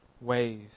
ways